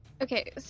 Okay